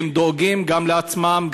הם דואגים גם לעצמם,